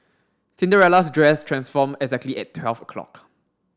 Cinderella's dress transformed exactly at twelve o' clock